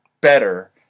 better